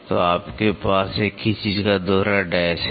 तो आपके पास एक ही चीज़ का दोहरा डैश है